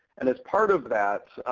and as part of that,